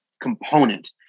component